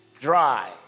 dry